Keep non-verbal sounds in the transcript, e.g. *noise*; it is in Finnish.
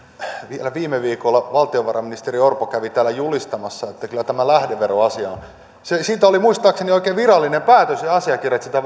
vielä viime viikolla valtiovarainministeri orpo kävi täällä julistamassa että kyllä tämä lähdeveroasia on valmistelussa siitä oli muistaakseni oikein virallinen päätös ja asiakirja että sitä *unintelligible*